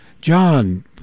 John